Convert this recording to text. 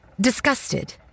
Disgusted